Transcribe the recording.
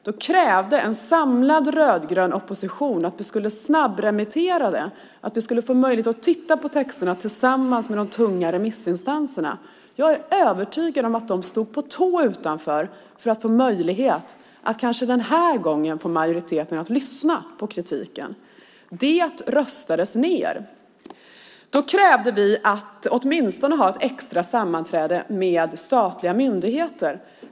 Då krävde en samlad rödgrön opposition att vi skulle snabbremittera detta och att vi skulle få möjlighet att titta på detta tillsammans med de tunga remissinstanserna. Jag är övertygad om att de stod på tå utanför för att få möjlighet att kanske den här gången få majoriteten att lyssna på kritiken. Det röstades ned. Då krävde vi att åtminstone få ha ett extra sammanträde med statliga myndigheter.